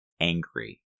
angry